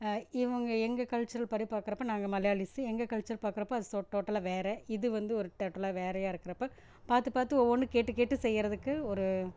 இவங்க எங்கள் கல்ச்சர்படி பார்க்குறப்ப நாங்கள் மலையாலிஸ்ஸு எங்கள் கல்ச்சர் பார்க்குறப்ப அது ஸோ டோட்டலாக வேறு இது வந்து ஒரு டோட்டலாக வேறையா இருக்கிறப்ப பார்த்து பார்த்து ஒவ்வொன்றும் கேட்டு கேட்டு செய்யுறதுக்கு ஒரு